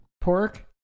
Pork